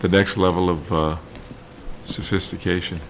the next level of sophistication